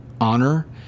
honor